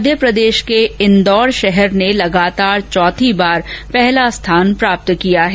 मध्यप्रदेश के इन्दौर शहर ने लगातार चौथी बार पहला स्थान प्राप्त किया है